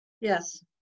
Yes